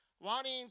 wanting